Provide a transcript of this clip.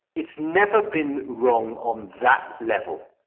it's never been wrong on that level.